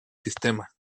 sistema